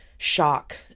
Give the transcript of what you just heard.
Shock